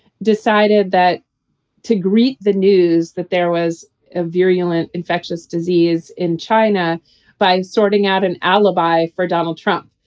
decided that to greet the news that there was a virulent infectious disease in china by sorting out an alibi for donald trump.